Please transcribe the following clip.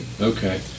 okay